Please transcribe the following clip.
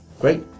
great